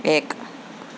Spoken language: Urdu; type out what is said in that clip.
ایک